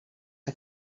que